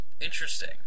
Interesting